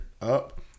up